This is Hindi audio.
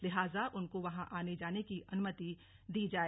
लिहाजा उनको वहां आने जाने की अनुमति दी जाय